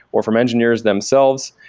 or from engineers themselves,